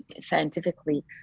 scientifically